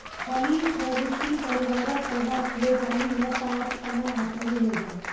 फली फैबेसी परिवारक पौधा छियै, जाहि मे पात, तना आ फली होइ छै